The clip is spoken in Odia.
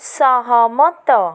ସହମତ